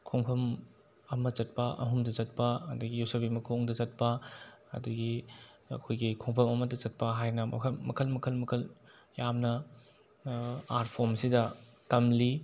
ꯈꯣꯡꯐꯝ ꯑꯃ ꯆꯠꯄ ꯑꯍꯨꯝꯗ ꯆꯠꯄ ꯑꯗꯒꯤ ꯌꯣꯠꯁꯕꯤ ꯃꯈꯣꯡꯗ ꯆꯠꯄ ꯑꯗꯒꯤ ꯑꯩꯈꯣꯏꯒꯤ ꯈꯣꯡꯐꯝ ꯑꯃꯗ ꯆꯠꯄ ꯍꯥꯏꯅ ꯃꯈꯜ ꯃꯈꯜ ꯃꯈꯜ ꯃꯈꯜ ꯌꯥꯝꯅ ꯑꯥꯔꯠꯐꯣꯝꯁꯤꯗ ꯇꯝꯂꯤ